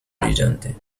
brillante